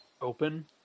open